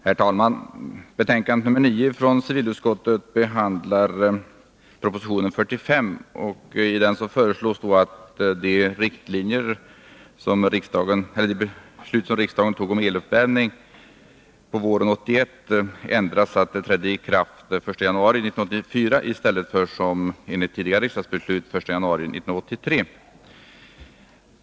Herr talman! Betänkande nr 9 från civilutskottet behandlar proposition 45, och i den föreslås att det beslut som riksdagen våren 1981 tog om eluppvärmning ändras, så att det träder i kraft den 1 januari 1984 i stället för den 1 januari 1983.